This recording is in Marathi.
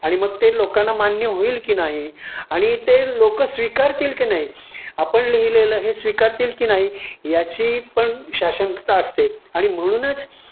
आणि मग ते लोकांना मान्य होईल की नाही आणि ते लोक स्वीकारतील की नही आपण लिहिलेलं हे स्वीकारतील की नाही याची पण साशंकता असते आणि म्हणूनच